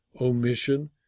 omission